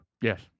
Yes